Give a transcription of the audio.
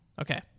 Okay